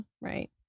Right